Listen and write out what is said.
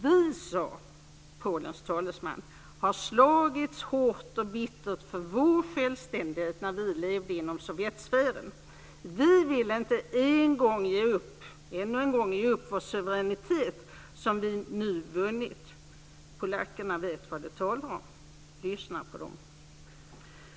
"Vi", sade Polens talesman, "har slagits hårt och bittert för vår självständighet, när vi levde inom Sovjetsfären. Vi vill inte än en gång ge upp vår suveränitet som vi nu vunnit." Polackerna vet vad de talar om. Lyssna på dem!